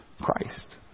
Christ